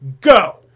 Go